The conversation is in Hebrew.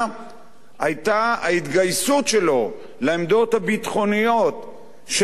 היה ההתגייסות שלו לעמדות הביטחוניות של ישראל,